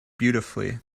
beautifully